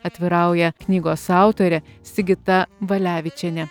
atvirauja knygos autorė sigita valevičienė